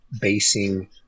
basing